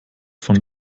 von